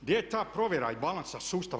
Gdje je ta provjera balansa sustava?